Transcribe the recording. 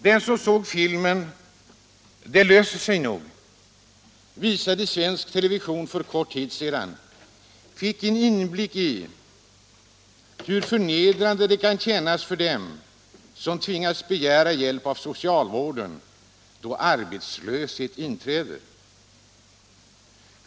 Den som såg filmen ”Det löser sig nog”, visad i svensk television för kort tid sedan, fick en inblick i hur förnedrande det kan kännas för dem som tvingas begära hjälp av socialvården då arbetslöshet inträder.